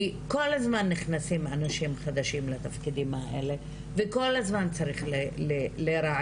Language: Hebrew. כי כל הזמן נכנסים אנשים חדשים לתפקידים האלה וכל הזמן צריך לרענן,